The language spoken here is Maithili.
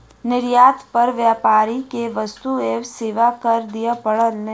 निर्यात पर व्यापारी के वस्तु एवं सेवा कर दिअ पड़लैन